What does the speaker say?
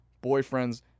boyfriend's